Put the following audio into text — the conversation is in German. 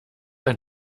ein